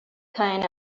kind